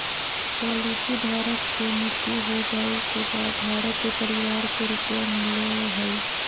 policy धारक के मृत्यु हो जाइ के बाद धारक के परिवार के रुपया मिलेय हइ